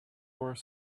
were